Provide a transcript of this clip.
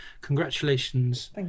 congratulations